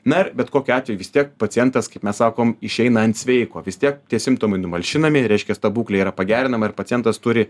na ir bet kokiu atveju vis tiek pacientas kaip mes sakom išeina ant sveiko vis tiek tie simptomai numalšinami reiškias ta būklė yra pagerinama ir pacientas turi